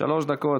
שלוש דקות,